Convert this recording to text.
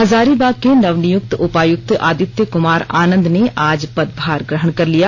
हजारीबाग के नवनियुक्त उपायुक्त आदित्य कुमार आनंद ने आज पदभार ग्रहण कर लिया